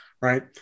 right